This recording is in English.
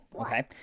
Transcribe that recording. okay